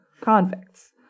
convicts